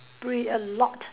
pretty a lot